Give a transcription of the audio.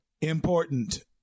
important